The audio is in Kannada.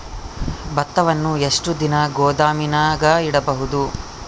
ಭತ್ತವನ್ನು ಎಷ್ಟು ದಿನ ಗೋದಾಮಿನಾಗ ಇಡಬಹುದು?